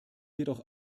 jedoch